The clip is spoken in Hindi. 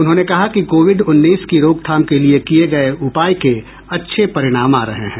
उन्होंने कहा कि कोविड उन्नीस की रोकथाम के लिए किये गये उपाय के अच्छे परिणाम आ रहे हैं